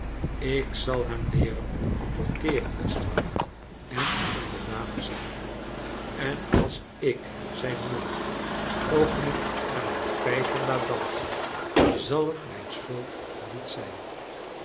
ik zal hem lcercn apporteeren beste en ondcrdanig zijn en als ik zijn moeder ook niet naar mijn pijpen laat dansen zal het mijn sohuld niet zijn